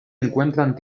encuentran